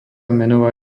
menová